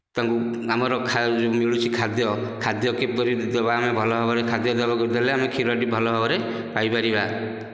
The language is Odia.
ତାଙ୍କୁ ଆମର ଯୋ ମିଳୁଛି ଖାଦ୍ୟ କିପରି ଦେବା ଭଲଭାବରେ ଖାଦ୍ୟ ଦେବାକୁ ଦେଲେ ଆମେ କ୍ଷୀରଟି ଭଲଭାବରେ ପାଇପାରିବା